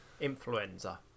influenza